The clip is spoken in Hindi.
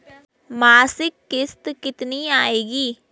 मासिक किश्त कितनी आएगी?